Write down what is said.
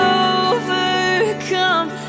overcome